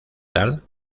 tal